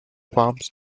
farms